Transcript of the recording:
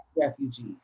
Refugees